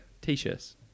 t-shirts